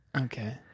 Okay